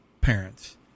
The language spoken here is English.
parents